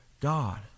God